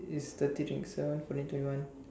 is thirty think seven forty thirty one